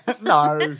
No